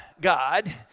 God